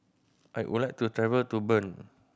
I would like to travel to Bern